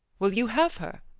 will you have her?